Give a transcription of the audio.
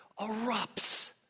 erupts